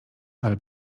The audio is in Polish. ale